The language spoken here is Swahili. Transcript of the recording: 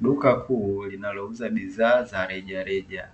Duka kuu linalouza bidhaa za rejareja